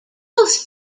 both